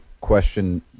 question